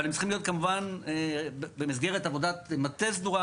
אבל הם צריכים להיות כמובן במסגרת עבודת מטה סגורה